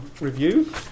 review